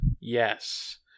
Yes